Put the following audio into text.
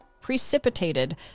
precipitated